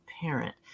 parent